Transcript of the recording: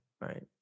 right